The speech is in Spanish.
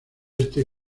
este